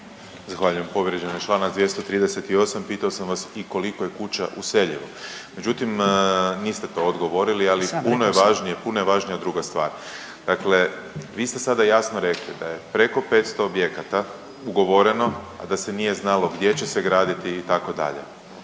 Zahvaljujem. Povrijeđen je čl. 238. pitao sam vas i koliko je kuća useljivo, međutim niste to odgovorili, …/Upadica Bačić: Jesam, rekao sam./… ali puno je važnije druga stvar. Dakle, vi ste sada jasno rekli da je preko 500 objekata ugovoreno, a da se nije znalo gdje će se graditi itd.,